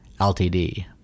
LTD